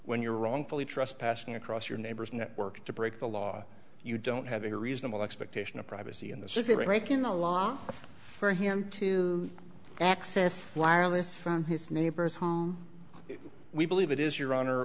when you're wrongfully trespassing across your neighbor's network to break the law you don't have a reasonable expectation of privacy and this is a break in the law for him to access wireless from his neighbor's home we believe it is your honor